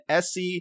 SC